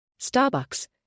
Starbucks